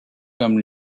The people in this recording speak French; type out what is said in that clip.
comme